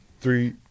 three